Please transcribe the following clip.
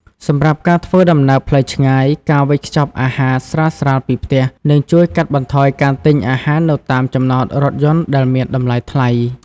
សម្រាប់ការធ្វើដំណើរផ្លូវឆ្ងាយ ការវេចខ្ចប់អាហារស្រាលៗពីផ្ទះ នឹងជួយកាត់បន្ថយការទិញអាហារនៅតាមចំណតរថយន្តដែលមានតម្លៃថ្លៃ។